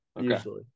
usually